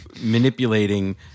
manipulating